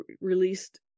released